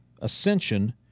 ascension